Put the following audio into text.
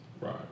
right